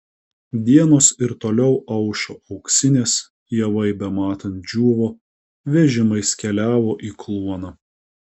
dienos ir toliau aušo auksinės javai bematant džiūvo vežimais keliavo į kluoną